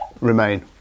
Remain